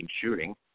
shooting